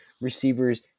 receivers